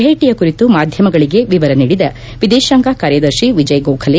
ಭೇಟಿಯ ಕುರಿತು ಮಾದ್ಯಮಗಳಿಗೆ ವಿವರ ನೀಡಿದ ವಿದೇಶಾಂಗ ಕಾರ್ಯದರ್ಶಿ ವಿಜಯ್ ಗೋಖಲೆ